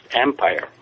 Empire